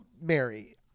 Mary